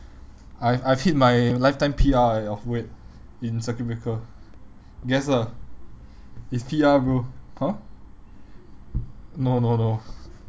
I've I've hit my lifetime P_R eh of weight in circuit breaker guess lah it's P_R bro !huh! no no no